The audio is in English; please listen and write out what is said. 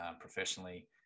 Professionally